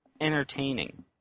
entertaining